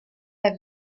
have